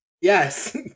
Yes